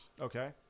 Okay